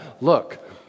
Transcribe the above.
Look